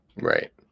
Right